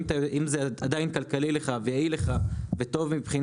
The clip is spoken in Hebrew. אם זה עדיין כלכלי לך ויעיל לך וטוב אל